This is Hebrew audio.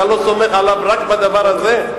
אתה לא סומך עליו רק בדבר הזה?